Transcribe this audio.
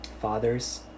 Fathers